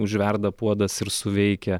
užverda puodas ir suveikia